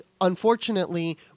unfortunately